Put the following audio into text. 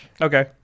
okay